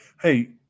Hey